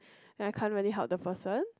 and I can't really help the person